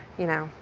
you know,